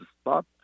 stop